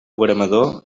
veremador